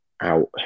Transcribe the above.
out